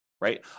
right